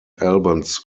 albans